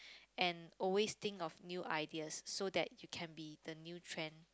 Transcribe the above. and always think of new ideas so that you can be the new trend